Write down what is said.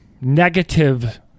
negative